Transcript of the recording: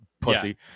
pussy